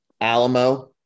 Alamo